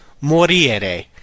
morire